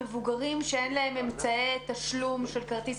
מבוגרים שאין להם אמצעי תשלום של כרטיס